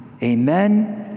Amen